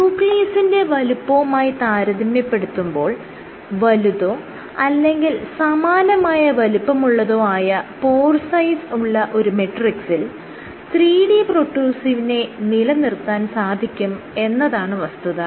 ന്യൂക്ലിയസിന്റെ വലുപ്പവുമായി താരതമ്യപ്പെടുത്തുമ്പോൾ വലുതോ അല്ലെങ്കിൽ സമാനമായ വലുപ്പമുള്ളതോ ആയ പോർ സൈസ് ഉള്ള ഒരു മെട്രിക്സിൽ 3D പ്രൊട്രൂസീവിനെ നിലനിർത്താൻ സാധിക്കും എന്നതാണ് വസ്തുത